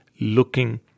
looking